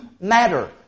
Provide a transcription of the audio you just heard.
matter